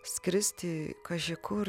skristi kaži kur